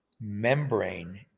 membrane